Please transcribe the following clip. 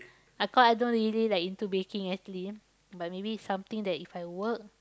I can't I don't really like into baking actually but maybe something that if I work